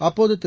அப்போதுதிரு